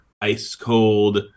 ice-cold